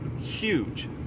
huge